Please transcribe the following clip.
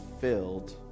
filled